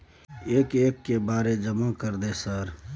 एक एक के बारे जमा कर दे सर?